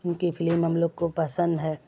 ان کی فلم ہم لوگ کو پسند ہے